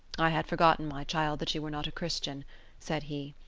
i had forgotten, my child, that you were not a christian said he.